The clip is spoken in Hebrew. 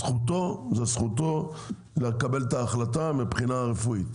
זכותו זו זכותו לקבל את ההחלטה מבחינה רפואית,